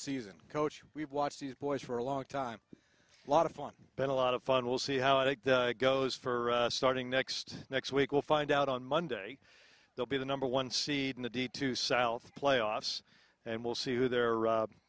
season coach we've watched these boys for a long time a lot of fun been a lot of fun we'll see how it goes for starting next next week we'll find out on monday they'll be the number one seed in the deed to south playoffs and we'll see who there